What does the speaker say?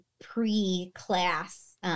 pre-class